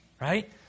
Right